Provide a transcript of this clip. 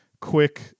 quick